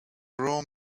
room